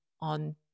on